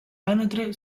anatre